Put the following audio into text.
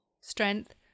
Strength